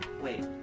wait